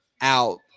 out